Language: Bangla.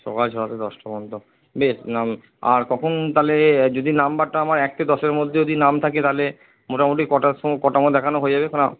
সকাল ছটা থেকে দশটা পর্যন্ত বেশ আর কখন তাহলে যদি নম্বরটা আমার এক থেকে দশের মধ্যে যদি নাম থাকে তাহলে মোটামুটি কটার সময় কটার মধ্যে দেখানো হয়ে যাবে